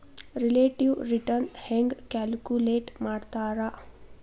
relative return ಹೆಂಗ calculate ಮಾಡ್ತಾರಾ